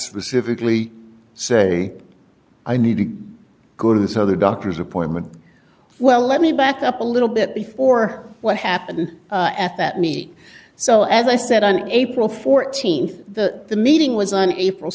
specifically say i need to go to this other doctor's appointment well let me back up a little bit before what happened at that meet so as i said on april th the the meeting was on april